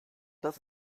das